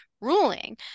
Ruling